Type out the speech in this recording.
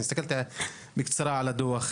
אני מסתכל בקצרה על הדוח.